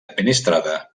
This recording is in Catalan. administrada